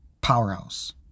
Powerhouse